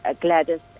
Gladys